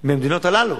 מהמדינות הללו.